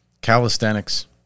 Calisthenics